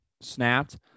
snapped